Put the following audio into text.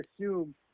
assume